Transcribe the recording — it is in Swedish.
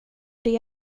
det